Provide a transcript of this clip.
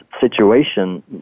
situation